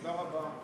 תודה רבה.